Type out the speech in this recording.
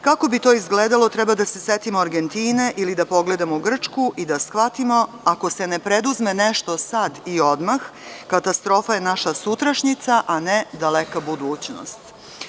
Kako bi to izgledalo treba da se setimo Argentine ili da pogledamo Grčku i da shvatimo ako se ne preduzme nešto sad i odmah, katastrofa je našasutrašnjica, a ne daleka budućnost.